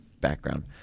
background